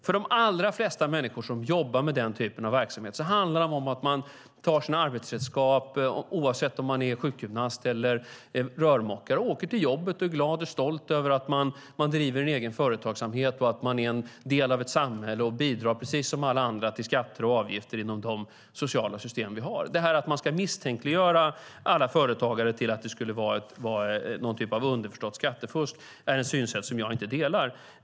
För de allra flesta människor som jobbar med den typen av verksamhet handlar det om att man tar sina arbetsredskap oavsett om man är sjukgymnast eller rörmokare, åker till jobbet och är glad och stolt över att man driver en egen företagsamhet, är en del av ett samhälle och bidrar precis som alla andra till skatter och avgifter inom de sociala system vi har. Detta att misstänkliggöra alla företagare och få det till att det skulle vara någon typ av underförstått skattefusk är ett synsätt som jag inte delar.